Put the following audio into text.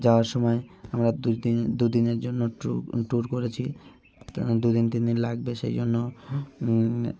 যাওয়ার সমায় আমরা দু দিন দু দিনের জন্য ট্রু ট্যুর করেছি কেন দু দিন তিন দিন লাগবে সেই জন্য দু দিনের